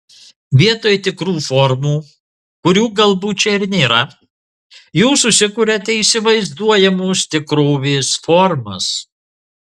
vietoj tikrų formų kurių galbūt čia ir nėra jūs susikuriate įsivaizduojamos tikrovės formas